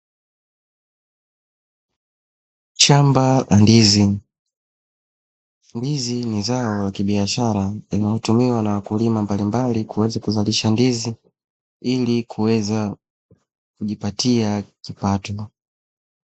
Shamba la ndizi. Ndizi ni zao la kibiashara linalotumiwa na wakulima mbalimbali kuweza kuzalisha ndizi ili kuweza kujipatia kipato.